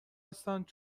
هستند